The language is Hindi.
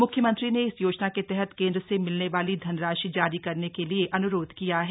म्ख्यमंत्री ने इस योजना के तहत केंद्र से मिलने वाली धनराशि जारी करने के लिए अन्रोध किया है